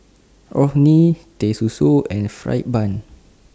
Orh Nee Teh Susu and Fried Bun